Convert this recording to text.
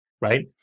right